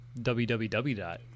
WWW